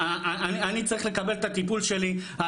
אני צריך לקבל את הטיפול שלי.